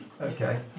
Okay